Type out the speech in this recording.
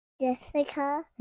Jessica